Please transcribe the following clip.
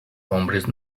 hombres